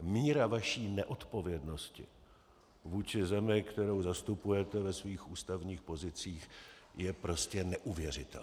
Míra vaší neodpovědnosti vůči zemi, kterou zastupujete ve svých ústavních pozicích, je prostě neuvěřitelná.